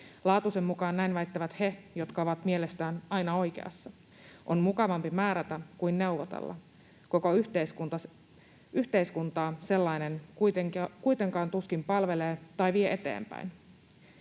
Laatusen mukaan näin väittävät he, jotka ovat mielestään aina oikeassa. On mukavampi määrätä kuin neuvotella. Koko yhteiskuntaa sellainen kuitenkaan tuskin palvelee tai vie eteenpäin.